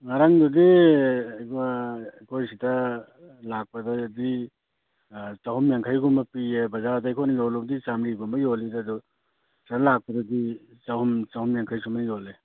ꯉꯥꯔꯪꯗꯨꯗꯤ ꯑꯩꯈꯣꯏ ꯑꯩꯈꯣꯏ ꯁꯤꯗ ꯂꯥꯛꯄꯗꯗꯤ ꯆꯍꯨꯝꯌꯥꯡꯈꯩꯒꯨꯝꯕ ꯄꯤꯌꯦ ꯕꯖꯥꯔꯗ ꯑꯩꯈꯣꯏꯅ ꯌꯣꯜꯂꯨꯕꯗꯤ ꯆꯃꯔꯤꯒꯨꯝꯕ ꯌꯣꯜꯂꯤꯗ ꯑꯗꯨ ꯁꯤꯗ ꯂꯥꯛꯄꯗꯗꯤ ꯆꯍꯨꯝ ꯆꯍꯨꯝꯌꯥꯡꯈꯩ ꯁꯨꯃꯥꯏꯅ ꯌꯣꯜꯂꯦ